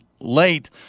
late